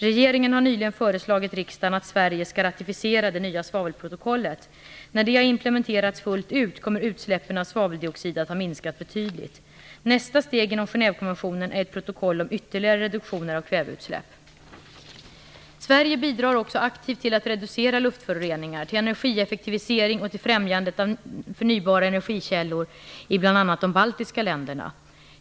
Regeringen har nyligen föreslagit riksdagen att Sverige skall ratificera det nya svavelprotokollet. När det har implementerats fullt ut kommer utsläppen av svaveldioxid att ha minskat betydligt. Nästa steg inom Genèvekonventionen är ett protokoll om ytterligare reduktioner av kväveutsläpp. Sverige bidrar också aktivt till att reducera luftföroreningar, till energieffektivisering och till främjandet av förnybara energikällor i bl.a. de baltiska länderna.